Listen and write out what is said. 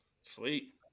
Sweet